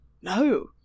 No